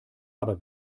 aber